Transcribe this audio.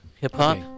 Hip-hop